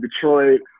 Detroit